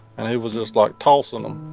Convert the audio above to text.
and he was just like tossing them.